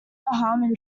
harmon